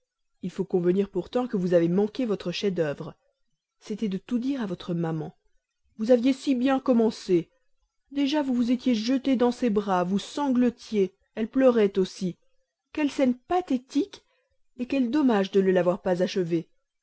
il faut convenir pourtant que vous avez manqué votre chef-d'œuvre c'était de tout dire à votre maman vous aviez si bien commencé déjà vous vous étiez jetée dans ses bras vous sanglotiez elle pleurait aussi quelle scène pathétique quel dommage de ne l'avoir pas achevée